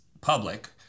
public